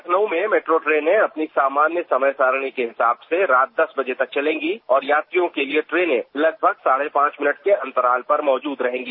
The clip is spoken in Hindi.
लखनऊ में मेट्रो ट्रेनें अपनी सामान्य समय सारणी के हिसाब से रात दस बजे तक चलेंगी और यात्रियों के लिए ट्रेनें लगभग साढ़े पांच मिनट के अंतराल पर मौजूद रहेंगी